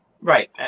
Right